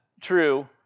true